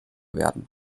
werden